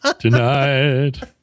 tonight